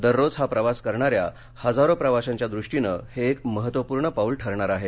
दररोज हा प्रवास करणाऱ्या हजारो प्रवाशांच्या दृष्टिनं हे एक महत्वपूर्ण पाऊल ठरणार आहे